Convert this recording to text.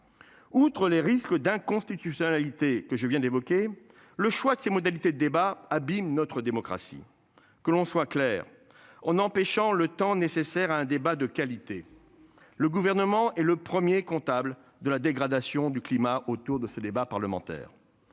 Outre les risques d'inconstitutionnalité que je viens d'évoquer le choix de ses modalités de débats abîme notre démocratie que l'on soit clair on empêchant le temps nécessaire à un débat de qualité. Le gouvernement et le 1er comptable de la dégradation du climat autour de ce débat parlementaire.